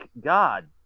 God